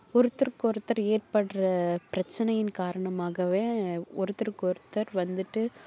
ஒருத்தருக்கு ஒருத்தர் ஏற்படுற பிரச்சனையின் காரணமாகவே ஒருத்தருக்கு ஒருத்தர் வந்துட்டு